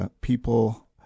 people